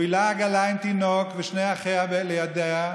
שמובילה עגלה עם תינוק ושני אחיה לידה,